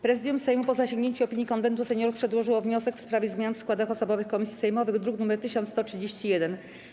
Prezydium Sejmu, po zasięgnięciu opinii Konwentu Seniorów, przedłożyło wniosek w sprawie zmian w składach osobowych komisji sejmowych, druk nr 1131.